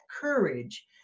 courage